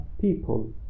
people